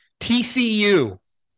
TCU